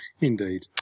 Indeed